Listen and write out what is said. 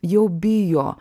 jau bijo